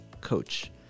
coach